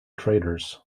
traders